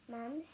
Mom